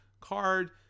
card